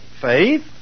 Faith